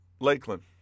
Lakeland